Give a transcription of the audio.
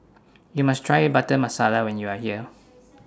YOU must Try Butter Masala when YOU Are here